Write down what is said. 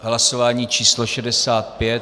Hlasování č. 65.